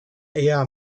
eher